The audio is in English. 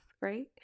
right